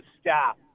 staff